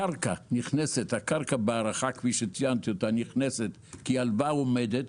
הקרקע בהערכה כפי שציינתי נכנסת כהלוואה עומדת,